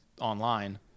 Online